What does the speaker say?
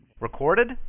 Recorded